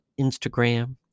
Instagram